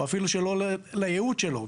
או אפילו שלא ליעוד שלו.